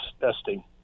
testing